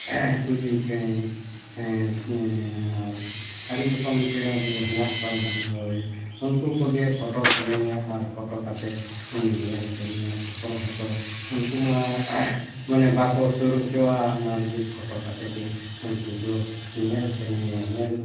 ᱠᱩᱭᱞᱤ ᱪᱮᱬᱮ ᱟᱨ ᱟᱹᱰᱤ ᱨᱚᱠᱚᱢ ᱪᱮᱬᱮ ᱜᱮ ᱢᱮᱱᱟᱜ ᱠᱚᱣᱟ ᱳᱭ ᱩᱱᱠᱩ ᱠᱚᱜᱮ ᱯᱷᱳᱴᱳ ᱥᱟᱱᱟᱧᱟ ᱟᱨ ᱯᱷᱳᱴᱳ ᱠᱟᱛᱮ ᱧᱮᱧᱮᱞ ᱥᱟᱱᱟᱧᱟ ᱯᱷᱳᱴᱳ ᱦᱚᱸᱛᱚ ᱩᱱᱠᱩ ᱢᱟ ᱵᱟᱠᱚ ᱥᱩᱨ ᱦᱚᱪᱚᱣᱟᱜ ᱚᱱᱟ ᱞᱟᱹᱜᱤᱫ ᱯᱷᱳᱴᱳ ᱠᱟᱛᱮ ᱜᱮ ᱩᱱᱠᱩ ᱫᱚ ᱧᱮᱞ ᱥᱟᱱᱟᱧᱟ ᱧᱮᱞ